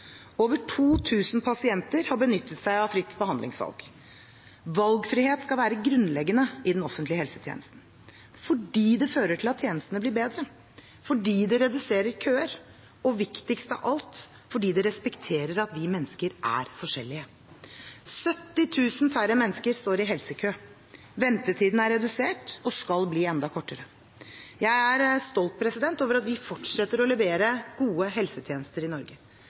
Over 2 000 pasienter har benyttet seg av fritt behandlingsvalg. Valgfrihet skal være grunnleggende i den offentlige helsetjenesten – fordi det fører til at tjenestene blir bedre, fordi det reduserer køer, og, viktigst av alt, fordi det respekterer at vi mennesker er forskjellige. 70 000 færre mennesker står i helsekø. Ventetiden er redusert og skal bli enda kortere. Jeg er stolt over at vi fortsetter å levere gode helsetjenester i Norge.